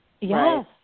Yes